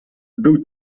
był